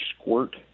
squirt